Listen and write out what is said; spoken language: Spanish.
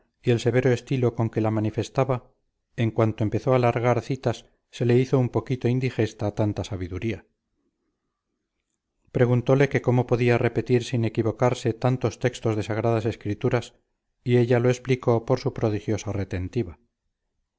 y el severo estilo con que la manifestaba en cuanto empezó a largar citas se le hizo un poquito indigesta tanta sabiduría preguntole que cómo podía repetir sin equivocarse tantos textos de sagradas escrituras y ella lo explicó por su prodigiosa retentiva